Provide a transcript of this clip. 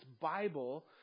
Bible